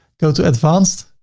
go to advanced,